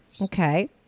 Okay